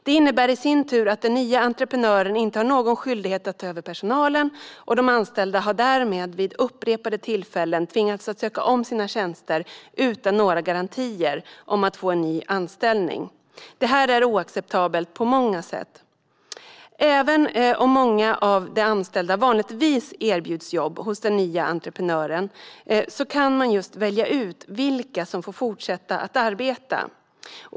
Det innebär i sin tur att den nya entreprenören inte har någon skyldighet att ta över personalen. De anställda har därmed vid upprepade tillfällen tvingats att söka om sina tjänster utan några garantier om att få en ny anställning. Detta är oacceptabelt på många sätt. Även om många av de anställda vanligtvis erbjuds jobb hos den nya entreprenören kan denna just välja ut vilka som får fortsätta att arbeta.